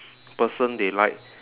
person they like